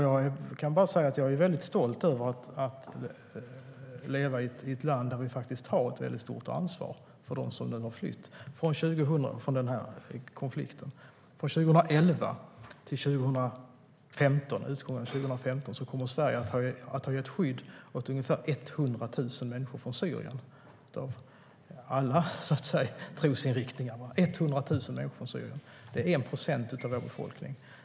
Jag är stolt över att leva i ett land där vi faktiskt tar stort ansvar för dem som har flytt från den här konflikten. Från 2011 till utgången av 2015 kommer Sverige att ha gett skydd åt ungefär 100 000 människor från Syrien, med alla trosinriktningar. Det är 1 procent av vår befolkning.